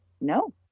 No